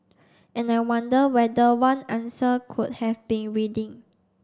and I wonder whether one answer could have been reading